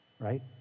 right